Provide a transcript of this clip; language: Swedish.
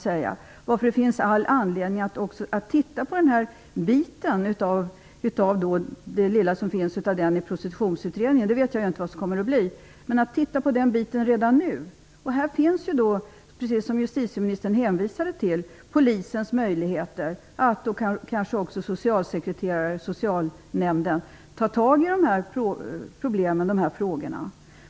Jag vet inte i vilken utsträckning man kommer att granska denna verksamhet i Prostitutionsutredningen, men det finns all anledning att göra den granskningen redan nu. Polis och socialsekreterare eller socialnämnd har ju möjlighet att ta upp dessa frågor, precis som justitieministern påpekade.